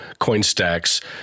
CoinStacks